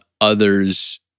others